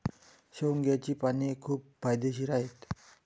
शेवग्याची पाने खूप फायदेशीर आहेत